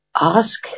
ask